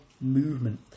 movement